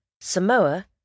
Samoa